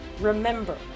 remember